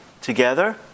together